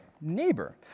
neighbor